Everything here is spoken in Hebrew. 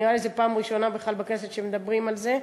נראה לי שזו פעם ראשונה בכנסת שמדברים על זה.